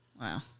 Wow